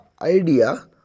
idea